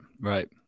Right